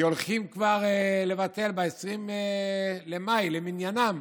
כי הולכים כבר לבטל ב-20 במאי למניינם